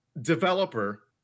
developer